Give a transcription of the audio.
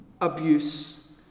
abuse